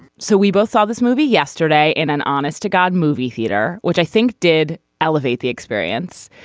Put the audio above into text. so we both saw this movie yesterday in an honest to god movie theater which i think did elevate the experience.